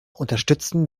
unterstützen